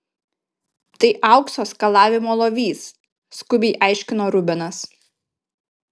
tai aukso skalavimo lovys skubiai aiškino rubenas